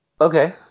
Okay